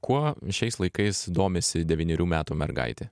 kuo šiais laikais domisi devynerių metų mergaitė